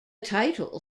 title